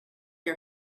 her